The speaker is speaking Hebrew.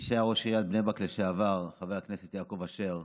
מי שהיה ראש עיריית בני ברק, חבר הכנסת יעקב אשר,